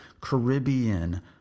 Caribbean